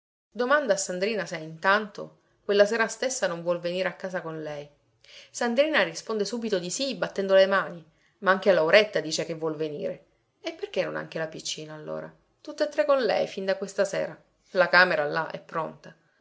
a sandrina se intanto quella sera stessa non vuol venire a casa con lei sandrina risponde subito di sì battendo le mani ma anche lauretta dice che vuol venire e perché non anche la piccina allora tutt'e tre con lei fin da questa sera la camera là è pronta